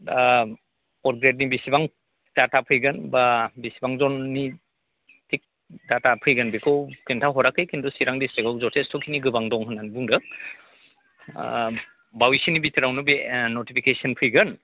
दा पर ग्रेदनि बेसेबां दाटा फैगोन बा बिसिबां जननि थिग दाटा फैगोन बेखौ खोन्था हराखै खिन्थु सिरां द्रिस्टिकाव जथेस्ट' खिनिखौ गोबां दं होननानै बुंदों ओ बावैसोनि बिथोरावनो बे ओ नटिपिकेसन फैगोन